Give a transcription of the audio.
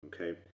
okay